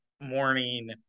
morning